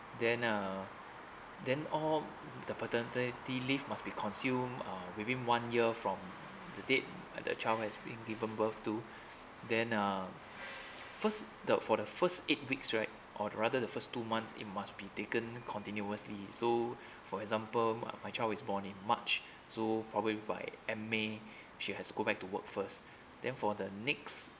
then uh then all the paternity leave must be consumed uh within one year from the date the child has given birth to then uh first the for the first eight weeks right or rather the first two months it must be taken continuously so for example my my child is born in march so probably by end may she has go back to work first then for the next